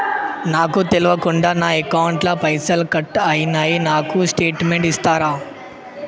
నాకు తెల్వకుండా నా అకౌంట్ ల పైసల్ కట్ అయినై నాకు స్టేటుమెంట్ ఇస్తరా?